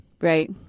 Right